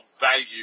value